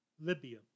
Libya